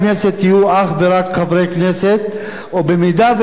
ובמידה שאין אלא חבר כנסת אחד,